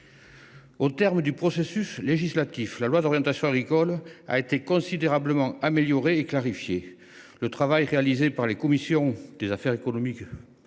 Au terme du processus législatif, la loi d’orientation agricole a été considérablement améliorée et clarifiée. Le travail réalisé par la commission des affaires économiques,